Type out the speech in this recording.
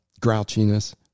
grouchiness